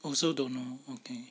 also don't know okay